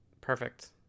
Perfect